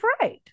right